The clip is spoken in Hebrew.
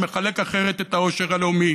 שמחלק אחרת את העושר הלאומי.